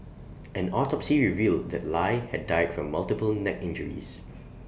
an autopsy revealed that lie had died from multiple neck injuries